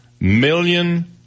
million